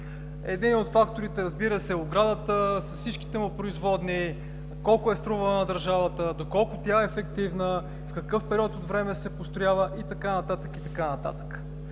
Един от факторите, разбира се, е оградата с всичките му производни – колко е струвала на държавата, доколко тя е ефективна, в какъв период от време се построява и така нататък, и така нататък.